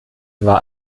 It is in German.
war